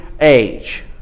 age